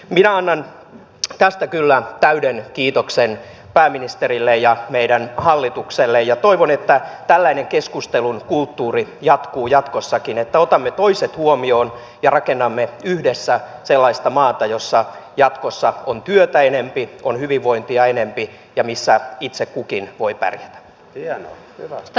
minä annan tästä kyllä täyden kiitoksen pääministerille ja meidän hallitukselle ja toivon että tällainen keskustelun kulttuuri jatkuu jatkossakin että otamme toiset huomioon ja rakennamme yhdessä sellaista maata jossa jatkossa on työtä enempi on hyvinvointia enempi ja missä itse kukin voi pärjätä